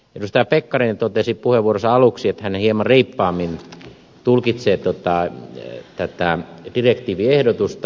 edustaja pekkarinen totesi puheenvuoronsa aluksi että hän hieman reippaammin tulkitsee tätä direktiiviehdotusta